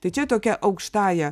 tai čia tokia aukštąja